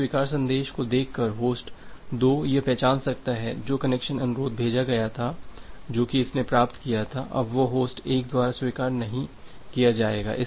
अस्वीकार संदेश को देखकर होस्ट 2 यह पहचान सकता है कि जो कनेक्शन अनुरोध भेजा गया था जो की इसने प्राप्त किया था वह अब होस्ट 1 द्वारा स्वीकार नहीं किया जाएगा